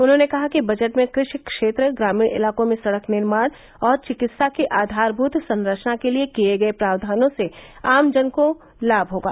उन्होंने कहा कि बजट में कृषि क्षेत्र ग्रामीण इलाकों में सड़क निर्माण और चिकित्सा की आधारभृत संरचना के लिये किए गए प्रावधानों से आमजन को लाभ मिलेगा